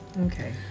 okay